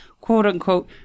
quote-unquote